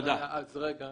השאלה